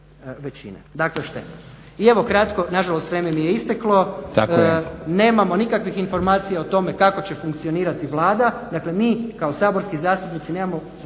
većine. Dakle, šteta. I evo kratko. Nažalost vrijeme mi je isteklo … …/Upadica: Tako je!/… Nemamo nikakvih informacija o tome kako će funkcionirati Vlada. Dakle, mi kao saborski zastupnici nemamo,